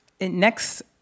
next